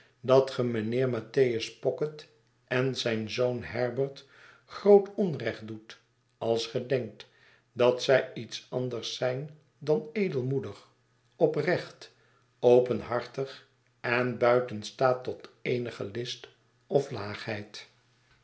dat ge mijnheer mattheiis pocket en zijn zoon herbert groot onrecht doet als ge denkt dat zij iets anders zijn dan edelmoedig oprecht openhartig en buiten staat tot eenige list of